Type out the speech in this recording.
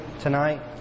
tonight